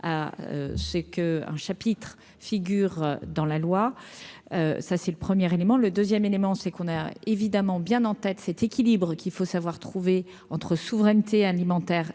à c'est que un chapitre figure dans la loi, ça c'est le 1er élément le 2ème élément, c'est qu'on a évidemment bien en tête cet équilibre qu'il faut savoir trouver entre souveraineté alimentaire et